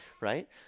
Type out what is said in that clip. right